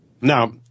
Now